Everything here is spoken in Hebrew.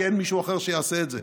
כי אין מישהו אחר שיעשה את זה.